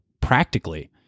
practically